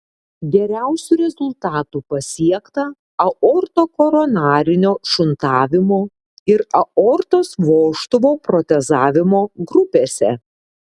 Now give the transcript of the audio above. geriausių rezultatų pasiekta aortokoronarinio šuntavimo ir aortos vožtuvo protezavimo grupėse